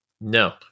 No